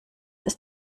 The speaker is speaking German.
ist